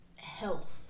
Health